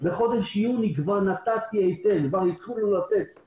שבחודש יוני נתתי היתר ואסירים